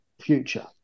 future